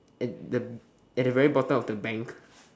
at the at the very bottom of the bank